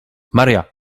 maria